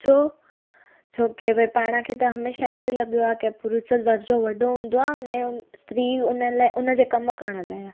छो छोकी उहो पाण खे त हमेशह अहिड़ो ई लॻियो आहे की पुरुष जो दर्जो वॾो हूंदो आहे अने स्त्री हुन लाइ हुनजे कमु करण लाइ आहे